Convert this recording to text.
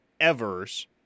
Evers